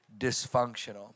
dysfunctional